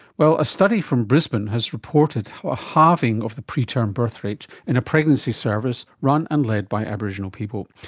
well, a study from brisbane has reported a halving of the preterm birth rate in a pregnancy service run and led by aboriginal people.